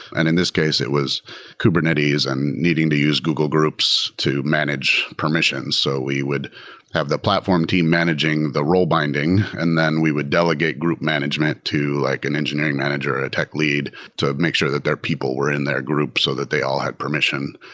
and in this case, it was kubernetes and needing to use google groups to manage permissions. so we would have the platform team managing the role binding, and then we would delegate group management to like an engineering manager or a tech lead to make sure that their people were in their groups so that they all had permission.